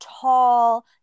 tall